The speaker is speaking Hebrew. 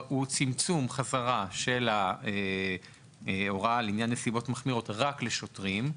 הוא צמצום בחזרה של ההוראה לעניין נסיבות מחמירות רק לשוטרים,